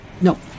No